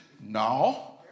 no